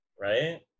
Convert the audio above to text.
right